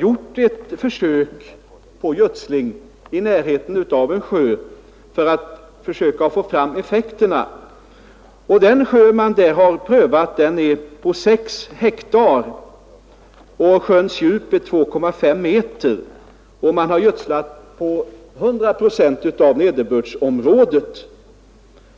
gjort ett försök med gödsling i närheten av en sjö för att försöka få fram effekterna. Den sjö det gäller är på 6 hektar, dess djup är 2,5 meter och man har gödslat på 100 procent av nederbördsområdet.